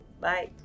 Bye